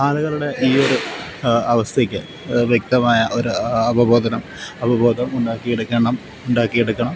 ആളുകളുടെ ഈ ഒരു അവസ്ഥയ്ക്ക് വ്യക്തമായ ഒരു അപബോധം അപബോധം ഉണ്ടാക്കിയെടുക്കണം ഉണ്ടാക്കിയെടുക്കണം